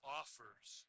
offers